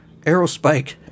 Aerospike